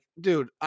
dude